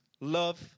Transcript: love